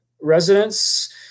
residents